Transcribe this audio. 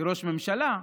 כראש ממשלה,